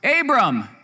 Abram